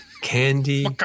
Candy